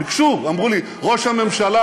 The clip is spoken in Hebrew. הם ביקשו, אמרו לי: ראש הממשלה,